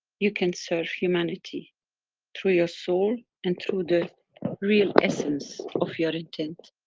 you can serve humanity through your soul and through the real essence of your intent.